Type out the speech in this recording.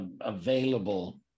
available